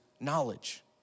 knowledge